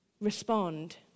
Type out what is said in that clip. respond